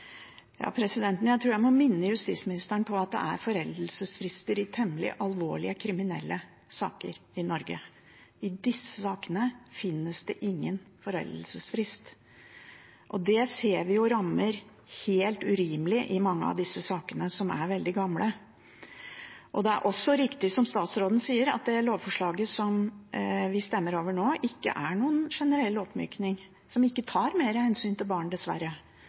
Jeg tror jeg må minne justisministeren på at det er foreldelsesfrister i temmelig alvorlige kriminelle saker i Norge. I disse sakene finnes det ingen foreldelsesfrist. Det ser vi rammer helt urimelig i mange av disse sakene som er veldig gamle. Det er også riktig, som statsråden sier, at det lovforslaget som vi behandler nå, ikke er noen generell oppmykning og tar ikke mer hensyn til barn, dessverre.